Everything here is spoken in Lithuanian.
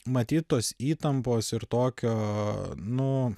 matyt tos įtampos ir tokio nu